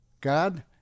God